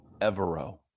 Evero